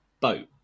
boat